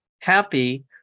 happy